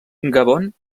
gabon